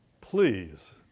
Please